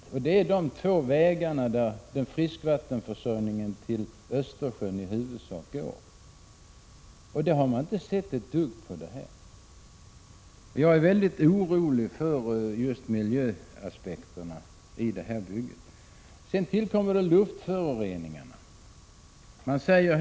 Det är huvudsakligen dessa två vägar som färskvattenförsörjningen till Östersjön tar, och det har man inte alls beaktat. Jag är väldigt orolig när det gäller miljöaspekterna i samband med detta bygge, och luftföroreningar tillkommer.